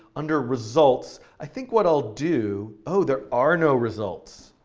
under results, i think what i'll do oh, there are no results.